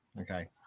Okay